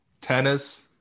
tennis